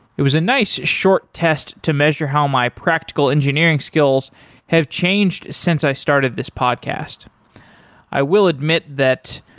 it was a nice short test to measure how my practical engineering skills have changed since i started this podcast i will admit that,